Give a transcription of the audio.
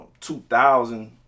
2000